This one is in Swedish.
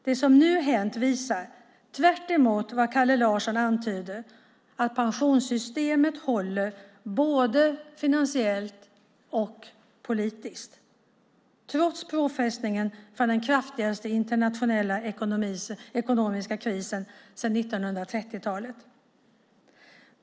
Det som nu hänt visar, tvärtemot vad Kalle Larsson antyder, att pensionssystemet håller både finansiellt och politiskt - trots påfrestningen från den kraftigaste internationella ekonomiska krisen sedan 1930-talet.